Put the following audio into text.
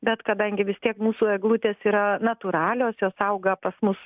bet kadangi vis tiek mūsų eglutės yra natūralios jos auga pas mus